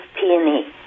peony